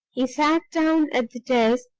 he sat down at the desk,